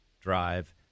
drive